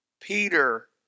Peter